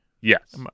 Yes